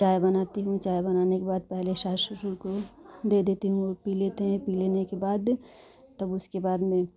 चाय बनाती हूँ चाय बनाने के बाद पहले सास ससुर को दे देती हूँ पी लेते हैं पी लेने के बाद तब उसको बाद में